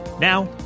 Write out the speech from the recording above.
Now